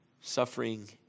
suffering